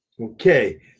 Okay